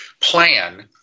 plan